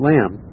Lamb